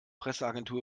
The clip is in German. presseagentur